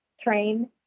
train